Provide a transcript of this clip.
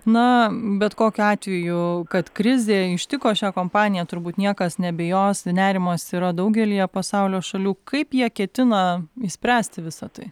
na bet kokiu atveju kad krizė ištiko šią kompaniją turbūt niekas neabejos nerimas yra daugelyje pasaulio šalių kaip jie ketina išspręsti visa tai